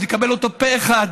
שנקבל אותה פה אחד,